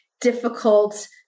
difficult